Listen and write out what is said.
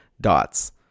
dots